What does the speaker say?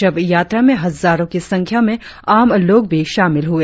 शव यात्रा में हजारों की संख्या में आम लोग भी शामिल हुए